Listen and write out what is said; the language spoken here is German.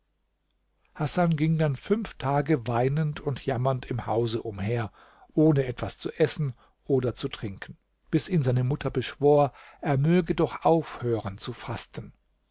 hasan ging dann fünf tage weinend und jammernd im hause umher ohne etwas zu essen oder zu trinken bis ihn seine mutter beschwor er möge doch aufhören zu fasten